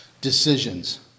decisions